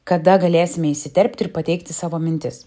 kada galėsime įsiterpti ir pateikti savo mintis